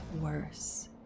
worse